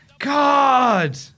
God